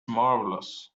marvelous